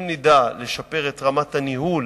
אם נדע לשפר את רמת הניהול